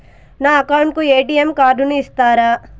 నా అకౌంట్ కు ఎ.టి.ఎం కార్డును ఇస్తారా